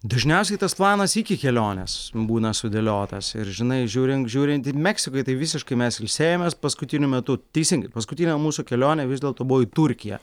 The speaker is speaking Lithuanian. dažniausiai tas planas iki kelionės būna sudėliotas ir žinai žiūrint žiūrint į meksikoj tai visiškai mes ilsėjomės paskutiniu metu teisingai paskutinė mūsų kelionė vis dėlto buvo į turkiją